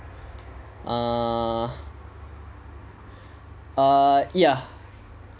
err err ya